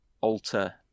alter